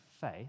faith